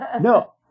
no